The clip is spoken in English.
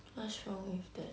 what's wrong with that